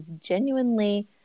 genuinely